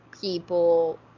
people